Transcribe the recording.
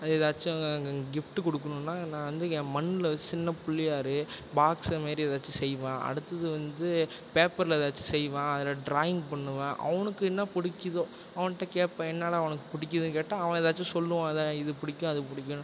அது எதாச்சும் கிப்ஃட்டு கொடுக்குணுன்னா நான் வந்து ஏன் மண்ணில் சின்ன புள்ளியார் பாக்ஸ் மாரி எதாச்சும் செய்வேன் அடுத்தது வந்து பேப்பரில் எதாச்சும் செய்வேன் அதில் ட்ராயிங் பண்ணுவேன் அவுனுக்கு என்ன பிடிக்கிதோ அவன்கிட்ட கேட்பேன் என்னடா ஒனக்கு பிடிக்கிதுன்னு கேட்டால் அவன் எதாச்சும் சொல்லுவான் எதா இது பிடிக்கும் அது பிடிக்குன்னு